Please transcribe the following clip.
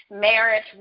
marriage